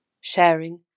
sharing